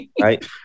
right